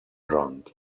راند